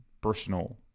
personal